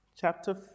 chapter